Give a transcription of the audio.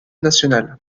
nationale